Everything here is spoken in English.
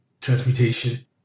Transmutation